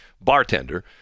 bartender